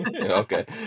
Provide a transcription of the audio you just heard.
Okay